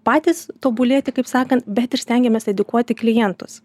patys tobulėti kaip sakant bet ir stengiamės edukuoti klientus